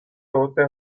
tote